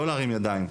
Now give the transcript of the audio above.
לא להרים ידיים.